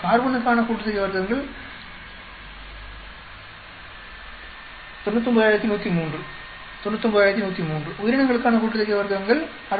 கார்பனுக்கான கூட்டுத்தொகை வர்க்கங்கள் 99103 99103 உயிரினங்களுக்கான கூட்டுத்தொகை வர்க்கங்கள் 6317